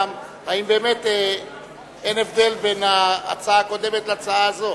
גם אם באמת אין הבדל בין ההצעה הקודמת להצעה הזאת.